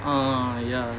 uh ya